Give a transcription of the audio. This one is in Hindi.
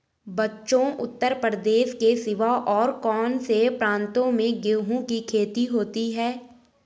बच्चों उत्तर प्रदेश के सिवा और कौन से प्रांतों में गेहूं की खेती होती है?